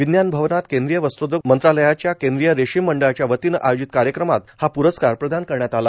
विज्ञान भवनात केंद्रीय वस्त्रोद्योग मंत्रालयाच्या केंद्रीय रेशीम बोर्डच्यावतीने आयोजित कार्यक्रमात हा प्रस्कार प्रदान करण्यात आला